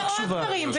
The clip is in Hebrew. יהיה עוד דברים,